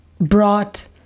brought